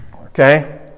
Okay